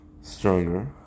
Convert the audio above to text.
stronger